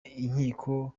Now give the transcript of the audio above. inkiko